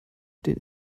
den